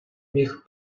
міг